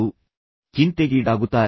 ತುಂಬಾ ಚಿಂತೆಗೀಡಾಗುತ್ತಾರೆ